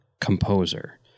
composer